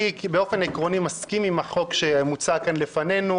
אני באופן עקרוני מסכים עם החוק שמוצע כאן לפנינו.